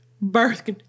birth